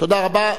תודה רבה.